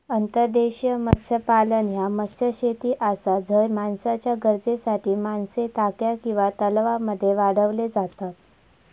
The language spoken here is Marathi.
अंतर्देशीय मत्स्यपालन ह्या मत्स्यशेती आसा झय माणसाच्या गरजेसाठी मासे टाक्या किंवा तलावांमध्ये वाढवले जातत